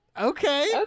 Okay